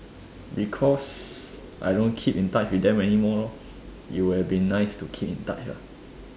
because I don't keep in touch with them anymore loh it would've been nice to keep in touch lah